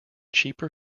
cheaper